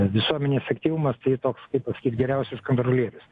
visuomenės aktyvumas tai toks kaip pasakyt geriausias kontrolierius